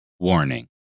Warning